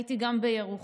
הייתי גם בירוחם,